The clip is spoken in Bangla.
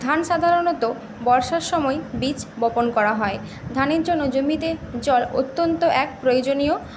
ধান সাধারণত বর্ষার সময় বীজবপন করা হয় ধানের জন্য জমিতে জল অত্যন্ত এক প্রয়োজনীয়